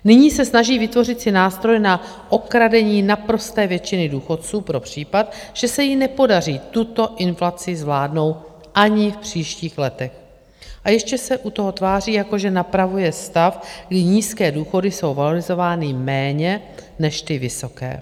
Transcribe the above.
Nyní se snaží vytvořit si nástroj na okradení naprosté většiny důchodců pro případ, že se jí nepodaří tuto inflaci zvládnout ani v příštích letech, a ještě se u toho tváří, jako že napravuje stav, kdy nízké důchody jsou valorizovány méně než ty vysoké.